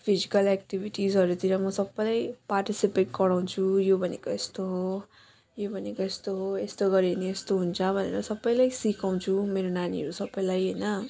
physical एक्टिभिटिजहरूतिर म सबैलाई पार्टिसिपेट गराउँछु यो भनेको यस्तो हो यो भनेको यस्तो हो यस्तो गर्यो भने यस्तो हुन्छ भनेर सबैलाई सिकाउँछु मेरो नानीहरू सबैलाई हैन